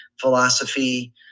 philosophy